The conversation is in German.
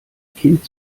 kind